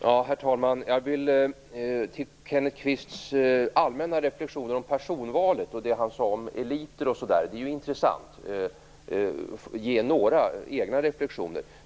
Herr talman! Kenneth Kvists allmänna reflexioner om personvalet och det han sade om eliter är ju intressant. Jag vill ge några egna reflexioner kring detta.